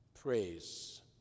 Praise